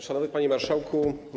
Szanowny Panie Marszałku!